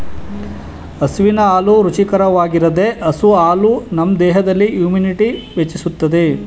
ಹಸುವಿನ ಹಾಲು ರುಚಿಯಾಗಿರ್ತದೆ ಹಸು ಹಾಲು ನಮ್ ದೇಹದಲ್ಲಿ ಇಮ್ಯುನಿಟಿನ ಹೆಚ್ಚಿಸ್ತದೆ